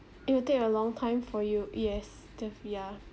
it will take a long time for you yes def~ ya